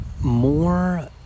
more